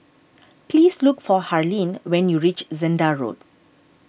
please look for Harlene when you reach Zehnder Road